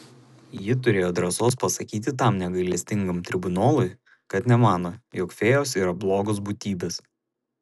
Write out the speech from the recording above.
ji turėjo drąsos pasakyti tam negailestingam tribunolui kad nemano jog fėjos yra blogos būtybės